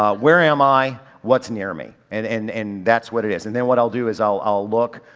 ah where am i? what's near me? and, and and that's what it is. and then what i'll do is i'll, i'll look,